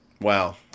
Wow